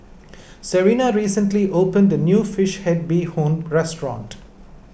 Serina recently opened a new Fish Head Bee Hoon restaurant